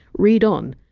read on,